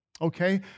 okay